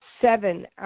Seven